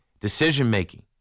decision-making